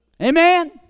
Amen